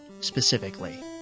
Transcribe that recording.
specifically